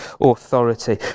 authority